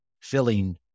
filling